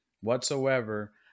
whatsoever